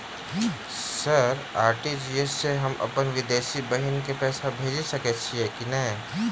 Sir RTGS सँ हम अप्पन विदेशी बहिन केँ पैसा भेजि सकै छियै की नै?